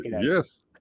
Yes